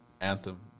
anthem